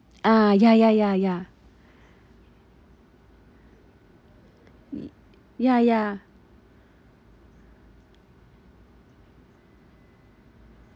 ah ya ya ya ya ya ya